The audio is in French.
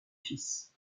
fils